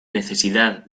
necesidad